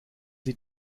sie